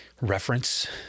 reference